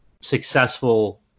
successful